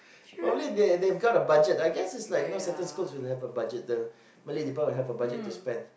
but only they've they've got a budget I guess certain schools have a budget the Malay department will have a certain budget to spend